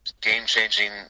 game-changing